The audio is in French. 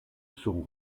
sont